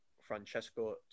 Francesco